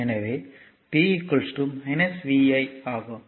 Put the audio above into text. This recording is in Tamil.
எனவே p vi ஆகும்